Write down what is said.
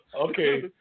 Okay